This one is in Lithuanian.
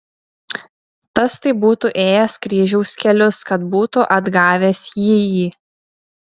tas tai būtų ėjęs kryžiaus kelius kad būtų atgavęs jįjį